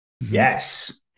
Yes